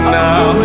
now